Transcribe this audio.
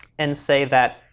and say that,